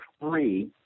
free